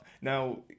Now